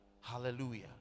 hallelujah